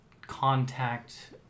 contact